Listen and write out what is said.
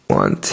one